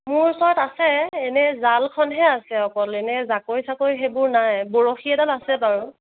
মোৰ ওচৰত আছে এনেই জালখনহে আছে অকল এনেই জাকৈ চাকৈ সেইবোৰ নাই বৰশী এডাল আছে বাৰু